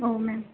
औ मेम